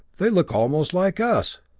they look almost like us!